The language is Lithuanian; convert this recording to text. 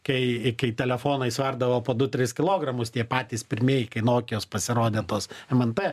kai kai telefonai sverdavo po du tris kilogramus tie patys pirmieji kai nokios pasirodė tos mnp